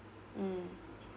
mm